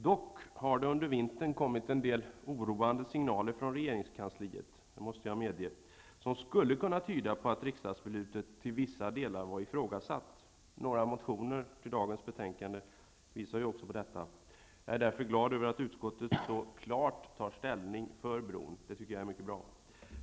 Dock har det under vintern kommit en del oroande signaler från regeringskansliet, det måste jag medge, som skulle kunna tyda på att riksdagsbeslutet till vissa delar var ifrågasatt. Några motioner till dagens betänkande visar också på detta. Jag är därför glad över att utskottet så klart tar ställning för bron. Det tycker jag är mycket bra.